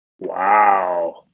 Wow